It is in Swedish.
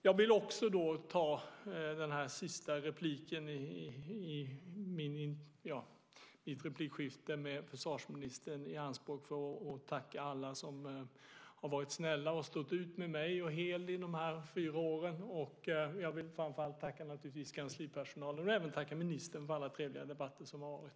Jag vill ta den sista repliken i mitt replikskifte med försvarsministern i anspråk för att tacka alla som har varit snälla och stått ut med mig och Heli de här fyra åren. Jag vill framför allt tacka kanslipersonal och även ministern för alla trevliga debatter som har varit.